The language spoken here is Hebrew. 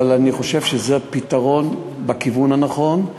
אבל אני חושב שזה פתרון בכיוון הנכון,